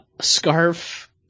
scarf